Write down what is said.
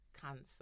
cancer